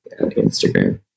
Instagram